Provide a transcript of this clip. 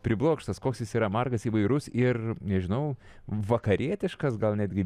priblokštas koks jis yra margas įvairus ir nežinau vakarietiškas gal netgi